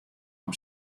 him